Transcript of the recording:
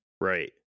right